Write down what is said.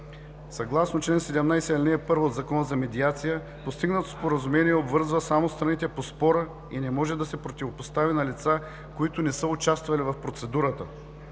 Съгласно чл. 17, ал. 1 от Закона за медиация постигнатото споразумение обвързва само страните по спора и не може да се противопоставя на лица, които не са участвали в процедурата.